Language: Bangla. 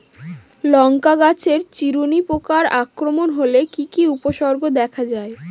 লঙ্কা গাছের চিরুনি পোকার আক্রমণ হলে কি কি উপসর্গ দেখা যায়?